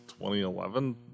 2011